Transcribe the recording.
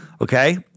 Okay